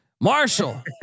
Marshall